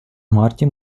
марте